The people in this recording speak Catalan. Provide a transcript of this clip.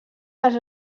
les